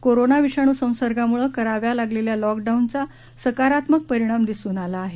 corona विषाणू संसर्गामूळं कराव्या लागलेल्या लॉकडाऊनचा सकारात्मक परिणाम दिसून आला आहे